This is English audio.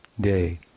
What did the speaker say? Day